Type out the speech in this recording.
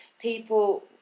People